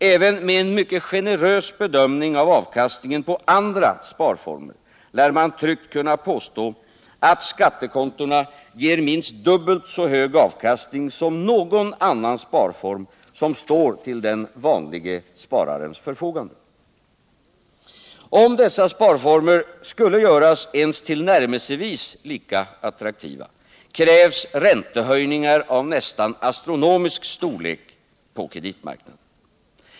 Även med en mycket generös bedömning av avkastningen på andra sparformer lär man tryggt kunna påstå att skattekontona ger minst dubbelt så hög avkastning som någon annan sparform som står till den vanlige spararens förfogande. Om dessa sparformer skulle göras ens tillnärmelsevis lika attraktiva skulle räntehöjningar av nästan astronomisk storlek krävas på kreditmarknaden.